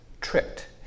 tricked